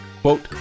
quote